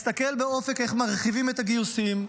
מסתכל באופק איך מרחיבים את הגיוסים,